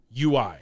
ui